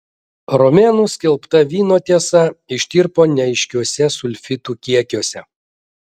o romėnų skelbta vyno tiesa ištirpo neaiškiuose sulfitų kiekiuose